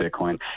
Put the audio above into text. Bitcoin